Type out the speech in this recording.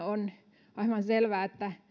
on aivan selvää että